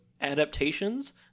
adaptations